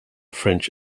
french